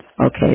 Okay